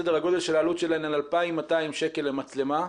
סדר הגודל של העלות שלהן זה 2,200 שקל למצלמה,